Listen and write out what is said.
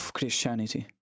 Christianity